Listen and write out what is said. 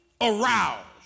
aroused